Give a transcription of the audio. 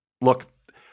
Look